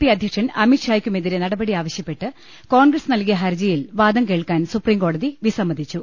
P അധ്യക്ഷൻ അമിത്ഷായ്ക്കുമെതിരെ നടപടി ആവശ്യപ്പെട്ട് കോൺഗ്രസ് നൽകിയ ഹർജിയിൽ വാദം കേൾക്കാൻ സുപ്രീംകോടതി വിസമ്മതിച്ചു